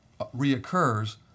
reoccurs